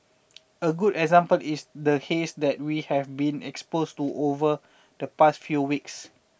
a good example is the haze that we have been exposed to over the past few weeks